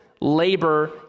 labor